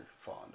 fond